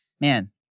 Man